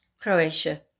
Croatia